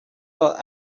thought